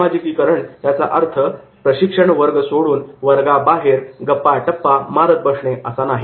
सामाजिकीकरण याचा अर्थ प्रशिक्षण वर्ग सोडून वर्गाबाहेर गप्पा टप्पा मारत बसणे असं नाही